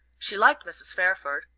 she liked mrs. fairford,